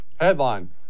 Headline